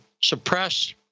suppress